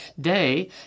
Day